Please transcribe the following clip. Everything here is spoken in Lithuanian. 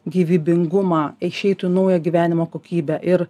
gyvybingumą išeitų į naują gyvenimo kokybę ir